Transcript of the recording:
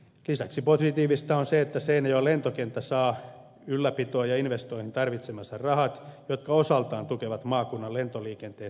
lisäksi positiivista on se että seinä joen lentokenttä saa ylläpitoon ja investointeihin tarvitsemansa rahat jotka osaltaan tukevat maakunnan lentoliikenteen säilymistä